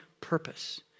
purpose